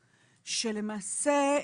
שלמעשה,